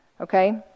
okay